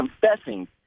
confessing